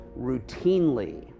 routinely